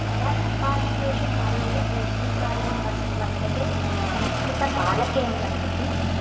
मया सम्पादितेषु कार्येषु श्रेष्ठं कार्यं वर्तते संस्कृतबालकेन्द्रम् इति